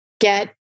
get